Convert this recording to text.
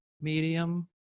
medium